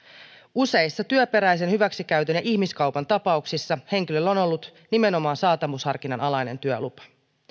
useissa työperäisen hyväksikäytön ja ihmiskaupan tapauksissa henkilöllä on on ollut nimenomaan saatavuusharkinnan alainen työlupa